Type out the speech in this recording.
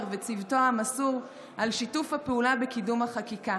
וצוותו המסור על שיתוף הפעולה בקידום החקיקה.